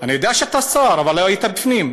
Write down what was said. אני יודע שאתה שר, אבל לא היית בפנים.